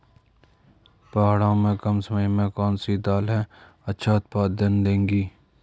पहाड़ों में कम समय में कौन सी दालें अच्छा उत्पादन देंगी?